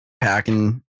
packing